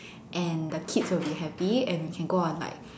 and the kids will be happy and we can go on like